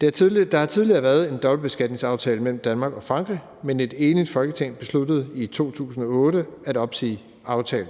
Der har tidligere været en dobbeltbeskatningsaftale mellem Danmark og Frankrig, men et enigt Folketing besluttede i 2008 at opsige aftalen.